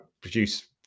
produce